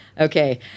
Okay